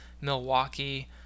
Milwaukee